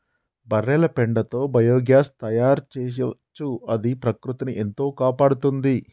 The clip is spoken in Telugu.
బర్రెల పెండతో బయోగ్యాస్ తయారు చేయొచ్చు అది ప్రకృతిని ఎంతో కాపాడుతుంది